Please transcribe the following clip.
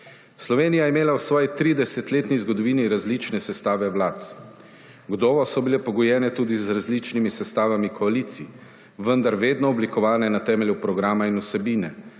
Slovenija je imela v svoji 30-letni zgodovini različne sestave vlad. Gotovo so bile pogojene tudi z različnimi sestavami koalicij, vendar vedno oblikovane na temelju programa in vsebine,